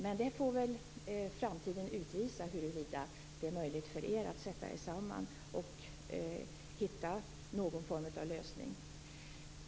Men framtiden får väl utvisa huruvida det är möjligt för er att tillsammans komma fram till någon form av lösning.